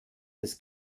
des